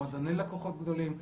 מועדוני לקוחות גדולים,